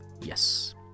Yes